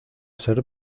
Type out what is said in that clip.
ser